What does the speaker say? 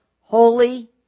holy